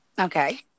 Okay